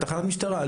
בתחנת משטרה.